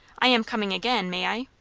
i am coming again, may i?